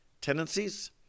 tendencies